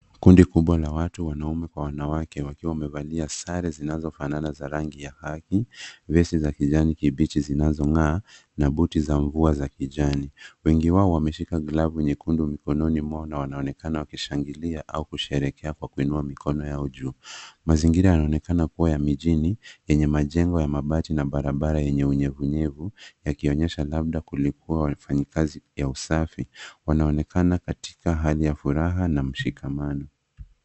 Kundi kubwa la watu wanaume kwa wanawake wakiwa wamevalia sare zinazofanana za rangi ya haki, vesti za kijani kibichi zinazong'aa na buti za mvua za kijani. Wengi wao wamevaa glovu nyekundu mikononi mwao na wanaonekana wakishangilia au kusherehekea kwa kuinua mikono yao juu. Mazingira yanaonekana kuwa ya mijini yenye majengo ya mabati na barabara yenye unyevunyevu yakionyesha labda kulikuwa wafanya kazi ya usafi. Wanaonekana katika hali ya furaha na mshikamano.